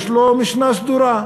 יש לו משנה סדורה.